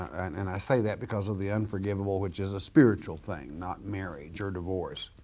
and and i say that because of the unforgivable which is a spiritual thing, not marriage or divorce.